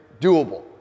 doable